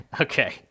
Okay